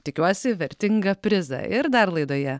tikiuosi vertingą prizą ir dar laidoje